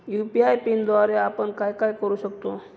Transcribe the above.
UPI पिनद्वारे आपण काय काय करु शकतो?